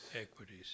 Equities